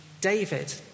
David